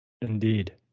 Indeed